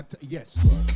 yes